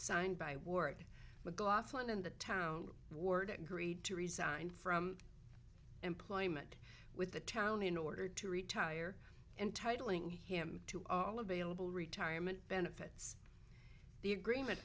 signed by work with laughlin in the town ward agreed to resign from employment with the town in order to retire entitling him to all available retirement benefits the agreement